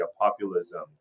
populism